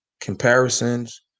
comparisons